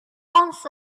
once